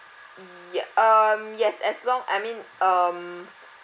ya um yes as long I mean um